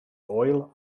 oil